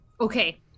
Okay